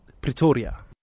Pretoria